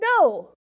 No